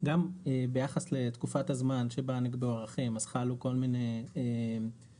גם ביחס לתקופת הזמן שבה נקבעו ערכים חלו כל מיני שינויים,